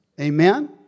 Amen